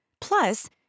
plus